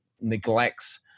neglects